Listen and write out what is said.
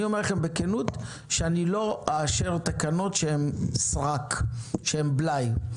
בכנות, לא אאשר תקנות שהן סרק, של בלאי.